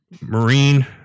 Marine